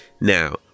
now